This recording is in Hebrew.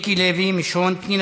תודה רבה.